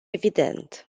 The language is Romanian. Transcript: evident